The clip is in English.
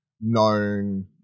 known